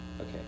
Okay